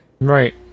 Right